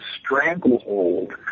stranglehold